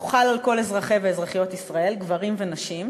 הוא חל על כל אזרחי ואזרחיות ישראל, גברים ונשים,